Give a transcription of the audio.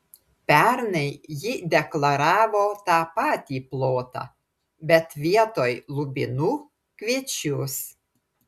pernai ji deklaravo tą patį plotą bet vietoj lubinų kviečius